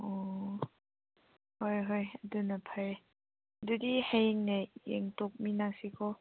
ꯑꯣ ꯍꯣꯏ ꯍꯣꯏ ꯑꯗꯨꯅ ꯐꯔꯦ ꯑꯗꯨꯗꯤ ꯍꯌꯦꯡꯅꯦ ꯌꯦꯡꯊꯣꯛꯃꯤꯟꯅꯁꯤꯀꯣ